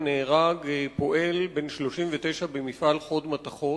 נהרג פועל בן 39 במפעל "חוד מתכות".